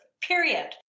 period